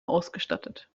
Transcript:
ausgestattet